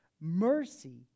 Mercy